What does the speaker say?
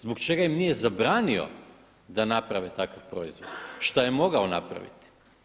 Zbog čega im nije zabranio da naprave takav proizvod šta je mogao napravit?